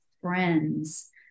friends